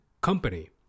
company